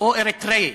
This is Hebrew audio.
או אריתראית,